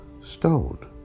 stone